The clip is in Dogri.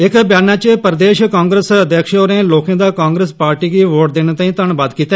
इक ब्यानै च प्रदेष कांग्रेस अध्यक्ष होरें लोकें दा कांग्रेस पार्टी गी वोट देने लेई धन्नबाद कीता